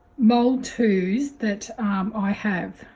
mold two s that i have.